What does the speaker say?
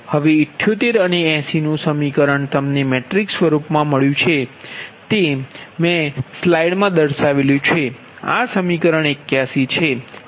હવે 78 અને 80 નું સમીકરણ તમને મેટ્રિક્સ સ્વરૂપમાં મળ્યુ છે તે Ip Iq ypq ypq a ypq a ypq a2 Vp Vq આ સમીકરણ 81 છે